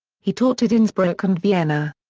he taught at innsbruck and vienna.